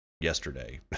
yesterday